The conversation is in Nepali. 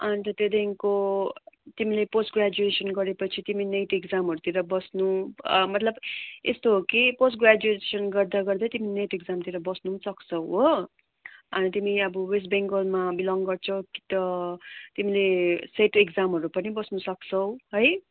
अन्त त्यहाँदेखिन्को तिमीले पोस्ट ग्राजुएसन गरेपछि तिमी नेट इक्जामहरूतिर बस्नु मतलब यस्तो हो कि पोस्ट ग्राजुएसन गर्दा गर्दै तिमी नेट इक्जामतिर बस्नु पनि सक्छौ हो अनि तिमी अब वेस्ट बङ्गालमा बिलङ गर्छौ कि त तिमीले सेट इक्जामहरू पनि बस्नु सक्छौ है